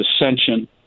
ascension